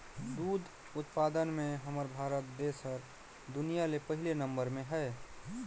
दूद उत्पादन में हमर भारत देस हर दुनिया ले पहिले नंबर में हे